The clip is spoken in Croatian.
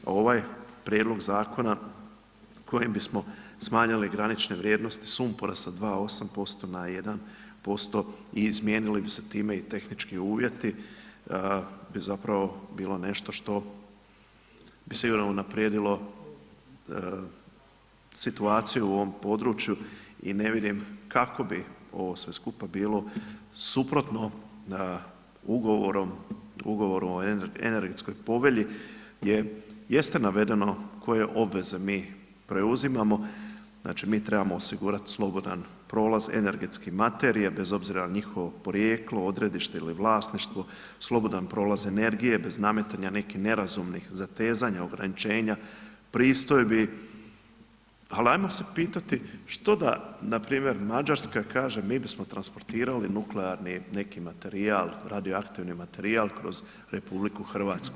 Ovaj prijedlog zakona, kojima bismo smanjili granične vrijednosti sumpora sa 2,8% na 1% i izmijenili bi se time i tehnički uvjeti, bi zapravo bilo nešto što bi sigurno unaprijedilo situaciju u ovom području i ne vidim, kako bi ovo sve skupa bilo suprotno ugovorom o energetskoj povelji, jeste navedeno koje obveze mi preuzimamo, znači mi trebamo osigurati slobodan prolaz energetske materije, bez obzira na njihovo porijeklo, odredište ili vlasništvo, slobodan prolaz energije, bez nametanja nekih nerazumnih natezanja, ograničenja, pristojbi, ali ajmo se pitati, što da npr. Mađarska kaže mi bismo translatirali nuklearni neki materijal, radioaktivni materijal kroz RH.